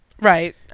Right